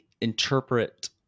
interpret